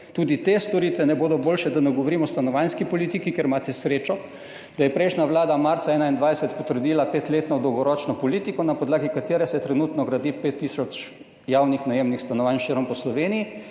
Tudi te storitve ne bodo boljše, da ne govorim o stanovanjski politiki, kjer imate srečo, da je prejšnja vlada marca 2021 potrdila petletno dolgoročno politiko, na podlagi katere se trenutno gradi 5 tisoč javnih najemnih stanovanj širom Slovenije,